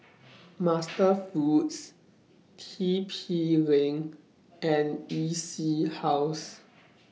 MasterFoods T P LINK and E C House